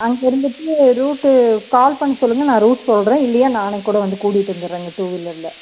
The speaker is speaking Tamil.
அங்கே இருந்துகிட்டு ரூட்டு கால் பண்ண சொல்லுங்கள் நான் ரூட் சொல்லுறேன் இல்லையா நானே கூட வந்து கூட்டிகிட்டு வந்துடுறேங்க டூவீலரில்